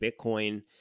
Bitcoin